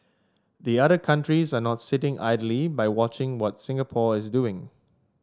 the other countries are not sitting idly by watching what Singapore is doing